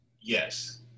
Yes